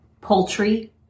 Poultry